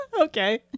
okay